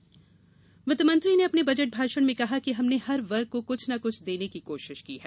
budget भाषण वित्त मंत्री ने अपने बजट भाषण में कहा कि हमने हर वर्ग को कुछ न कुछ देने की कोशिश की है